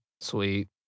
Sweet